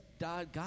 god